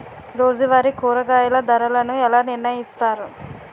రోజువారి కూరగాయల ధరలను ఎలా నిర్ణయిస్తారు?